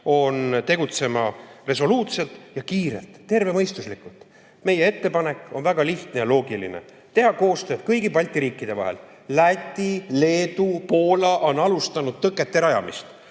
Tegutsema resoluutselt ja kiirelt, tervemõistuslikult. Meie ettepanek on väga lihtne ja loogiline: teha koostööd kõigi Balti riikide vahel. Läti, Leedu ja Poola on alustanud tõkete rajamist.